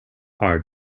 are